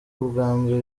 ubwambere